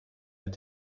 mit